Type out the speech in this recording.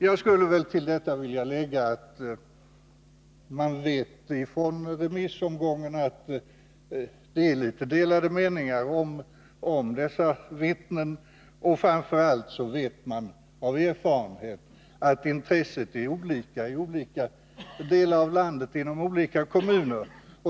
Jag skulle till detta vilja lägga att vi från Onsdagen den remissomgången vet att det är delade meningar om dessa vittnen, och 1 april 1981 framför allt vet vi av erfarenhet att intresset är olika i olika delar av landet och inom olika kommuner.